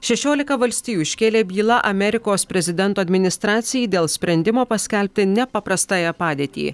šešiolika valstijų iškėlė bylą amerikos prezidento administracijai dėl sprendimo paskelbti nepaprastąją padėtį